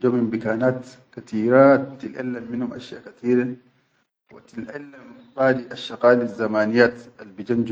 jo min bikanat katiraat, tilʼallam minum ashya katire wa tilʼallam qadi asshaqalizzamaniyat.